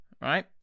right